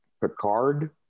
Picard